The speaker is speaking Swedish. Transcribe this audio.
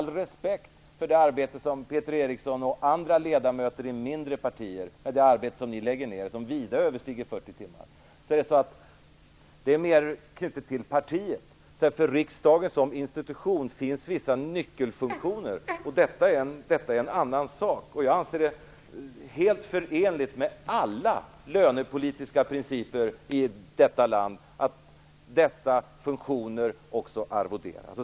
Med all respekt för det arbete som Peter Eriksson och andra ledamöter i mindre partier lägger ned, som vida överstiger 40 timmar, är det mer knutet till partiet än till riksdagen som institution. Detta är en annan sak. Jag anser det helt förenligt med alla lönepolitiska principer i detta land att dessa funktioner också arvoderas.